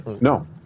No